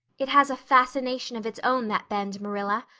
it has a fascination of its own, that bend, marilla.